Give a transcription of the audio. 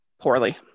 poorly